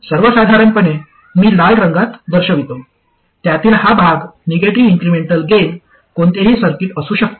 सर्वसाधारणपणे मी लाल रंगात दर्शवितो त्यातील हा भाग निगेटिव्ह इन्क्रिमेंटल गेन कोणतेही सर्किट असू शकते